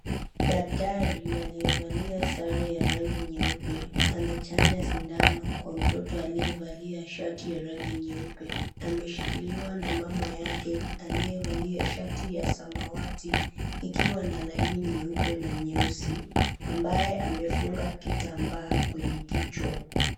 Daktari aliyevalia sare ya rangi nyeupe anachanja sindano kwa mtoto aliyevalia shati ya rangi nyeupe. Ameshikiliwa na mama yake aliyevalia shati ya samawati ikiwa na laini nyeupe na nyeusi ambayo amefunga kitambaa kwenye kichwa.